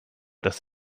das